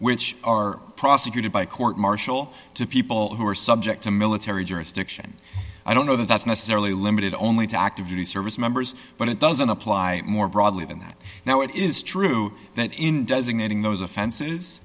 which are prosecuted by a court martial to people who are subject to military jurisdiction i don't know that that's necessarily limited only to active duty service members but it doesn't apply more broadly than that now it is true that in designating those offenses